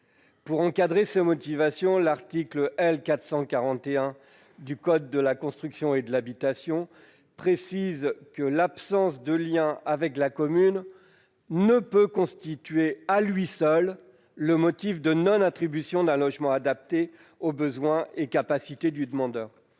Pour encadrer ces motivations, l'article L. 441 du code de la construction et de l'habitation précise que l'absence de lien avec la commune ne peut constituer, à lui seul, un motif de non-attribution d'un logement adapté aux besoins et capacités du demandeur.